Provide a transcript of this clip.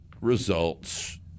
results